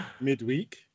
midweek